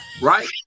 Right